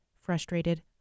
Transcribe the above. frustrated